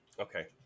Okay